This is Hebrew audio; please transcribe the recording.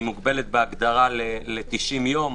היא מוגבלת בהגדרה ל-90 יום.